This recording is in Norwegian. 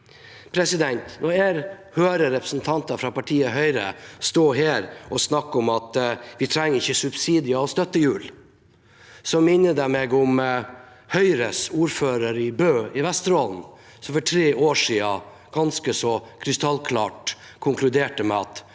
landet. Når jeg hører representanter fra partiet Høyre stå her og snakke om at vi ikke trenger subsidier og støttehjul, minner det meg om Høyres ordfører i Bø i Vesterålen, som for tre år siden ganske så krystallklart konkluderte: